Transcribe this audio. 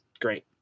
great